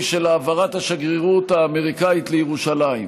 של העברת השגרירות האמריקנית לירושלים,